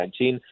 2019